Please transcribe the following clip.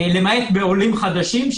למעט בעולים חדשים,